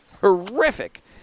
horrific